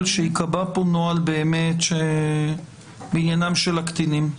שייקבע כאן נוהל בעניינם של הקטינים.